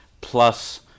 plus